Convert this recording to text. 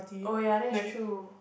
oh ya that's true